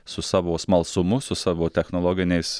su savo smalsumu su savo technologiniais